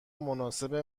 مناسب